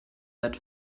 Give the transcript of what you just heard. that